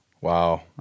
Wow